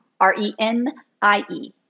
R-E-N-I-E